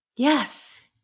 Yes